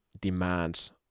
demands